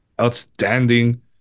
Outstanding